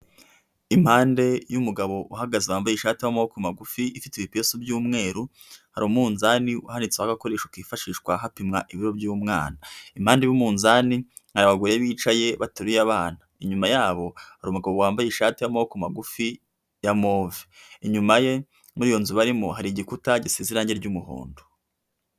Impande y'umugabo uhagaze wambaye ishati y'amaboko magufi ifite ibipesu by'umweru, hari umunzani hanitseho agakoresho kifashishwa hapimwa ibiro by'umwana, impande y'umuzani hari abagore bicaye bateruye abana, inyuma yabo hari umugabo wambaye ishati y'amaboko magufi ya move, inyuma ye muri iyo nzu barimo hari igikuta gisize irangi ry'umuhondo.